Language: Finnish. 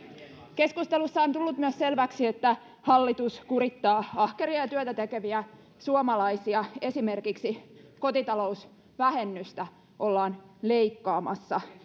keskustelussa on tullut myös selväksi että hallitus kurittaa ahkeria ja työtä tekeviä suomalaisia esimerkiksi kotitalousvähennystä ollaan leikkaamassa